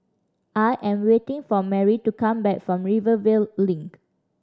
I am waiting for Marie to come back from Rivervale Link